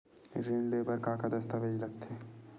ऋण ले बर का का दस्तावेज लगथे?